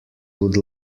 would